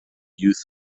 youth